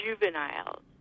juveniles